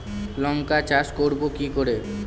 লঙ্কা চাষ করব কি করে?